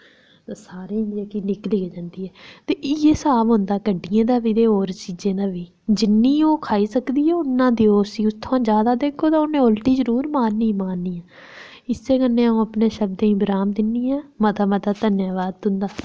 ते सारें गी जेह्की निकली जंदी ऐ ते इ'यै स्हाब होंदा गड्डियें दा बी ते होर चीज़ें दा बी जिन्नी ओह् खाई सकदी ऐ उन्ना देओ उसी जादै देगेओ ते उन्नै उल्टी जरूर मारनी मारनी ऐ इस्सै कन्नै अं'ऊ अपने शब्दें गी विराम दिन्नी आं मता मता धन्यबाद तुं'दा